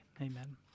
amen